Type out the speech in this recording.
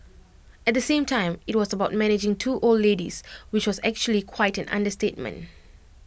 at the same time IT was about managing two old ladies which was actually quite an understatement